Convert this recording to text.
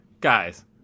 guys